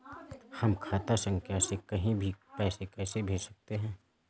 हम खाता संख्या से कहीं भी पैसे कैसे भेज सकते हैं?